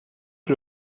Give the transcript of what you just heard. que